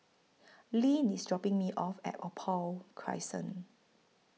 Leeann IS dropping Me off At Opal Crescent